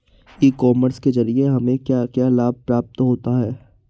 ई commerce के ज़रिए हमें क्या क्या लाभ प्राप्त होता है?